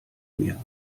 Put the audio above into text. mehr